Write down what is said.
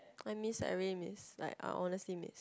I miss I really miss like I honestly miss